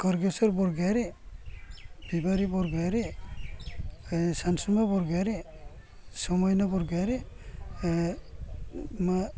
करगेसर बरगयारि बिबारि बरगयारि सानसुमा बरगयारि समायना बरगयारि मा